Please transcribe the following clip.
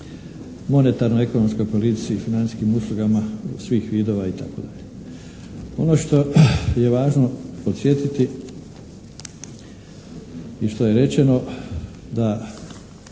monetarno-ekonomskoj politici i financijskim uslugama svih vidova itd. Ono što je važno podsjetiti i što je rečeno da